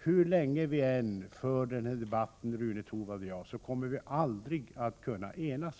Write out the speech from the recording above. Hur länge vi än för denna debatt, Rune Torwald och jag, kommer vi aldrig att kunna enas.